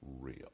real